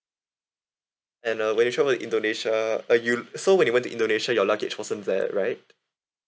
and uh when you travelled to indonesia uh you so you when you went to indonesia your luggage wasn't there right